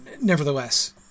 nevertheless